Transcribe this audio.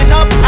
up